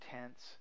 tense